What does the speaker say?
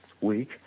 week